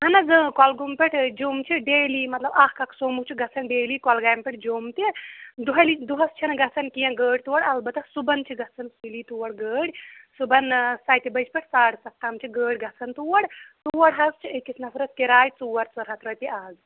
اہن حظ اۭں کۄلگوم پٮ۪ٹھ جوٚم چھُ ڈیلی مَطلَب اَکھ اَکھ سوموٗ چھ گَژھان ڈیلی کۄلگامہِ پٮ۪ٹھ جوٚم تہِ دۄہلی دۄہَس چھنہٕ گَژھان کینٛہہ گٲڑۍ تور اَلبتہ صُبحن چھِ گَژھان سُلی تور گٲڑۍ صُبحن سَتہِ بَجہِ پٮ۪ٹھ ساڈٕ سَتھ تام چھِ گٲڑۍ گَژھان تور تور حَظ چھِ أکِس نَفرَس کِراے ژور ژور ہَتھ رۄپیہٕ آز